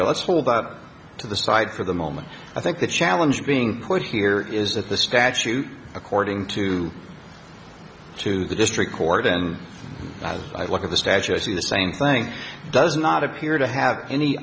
but let's hold out to the side for the moment i think the challenge being quite here is that the statute according to to the district court and i look at the statutes in the same thing does not appear to have any